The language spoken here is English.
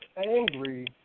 angry